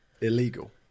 illegal